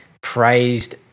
praised